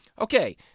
okay